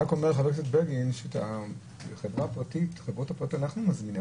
חבר הכנסת בגין, את החברות הפרטיות אנחנו מזמינים.